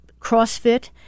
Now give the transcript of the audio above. CrossFit